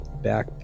back